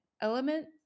Element